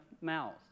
mouth